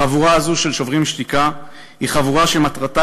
החבורה הזו של "שוברים שתיקה" היא חבורה שמטרתה